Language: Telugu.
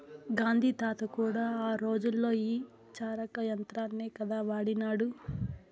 గాంధీ తాత కూడా ఆ రోజుల్లో ఈ చరకా యంత్రాన్నే కదా వాడినాడు